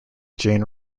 jane